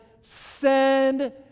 send